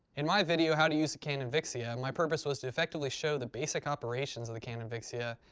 in my video how to use a canon vixia my purpose was to effectively show the basic operations of the canon vixia,